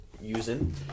using